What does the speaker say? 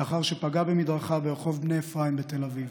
לאחר שפגע במדרכה ברחוב בני אפרים בתל אביב,